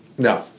No